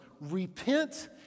Repent